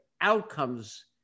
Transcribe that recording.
outcomes